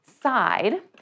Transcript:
side